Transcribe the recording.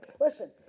Listen